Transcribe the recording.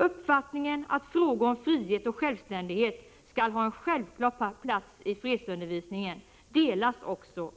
Uppfattningen att frågor om frihet och självständighet skall ha en självklar plats i fredsundervisningen delas